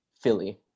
philly